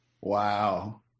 Wow